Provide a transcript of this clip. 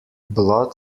blood